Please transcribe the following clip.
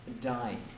dying